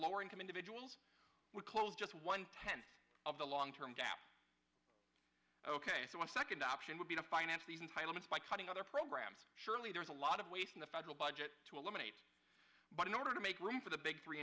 lower income individuals would close just one tenth of the long term debt ok so my second option would be to finance these entitlements by cutting other programs surely there's a lot of waste in the federal budget to eliminate but in order to make room for the big three